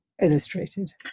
illustrated